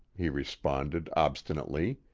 he responded obstinately.